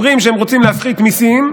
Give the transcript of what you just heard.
אומרים שהם רוצים להפחית מיסים,